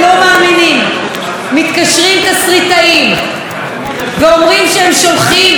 מתקשרים תסריטאים ואומרים שהם שולחים לקרנות